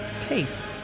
taste